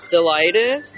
Delighted